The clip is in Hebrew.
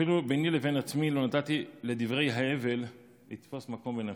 אפילו ביני לבין עצמי לא נתתי לדברי ההבל לתפוס מקום בנפשי.